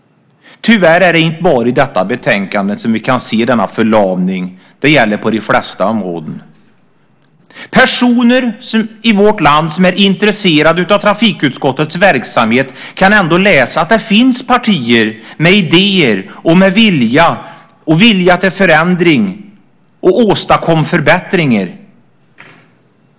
Tyvärr är det inte bara i detta betänkande som vi kan se denna förlamning. Det gäller på de flesta områden. Personer i vårt land som är intresserade av trafikutskottets verksamhet kan ändå läsa att det finns partier med idéer, vilja till förändringar och att åstadkomma förbättringar.